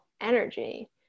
energy